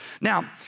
Now